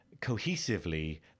cohesively